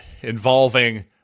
involving